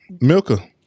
milka